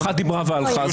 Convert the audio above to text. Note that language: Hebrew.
אחת דיברה והלכה.